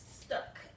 stuck